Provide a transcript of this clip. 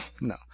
No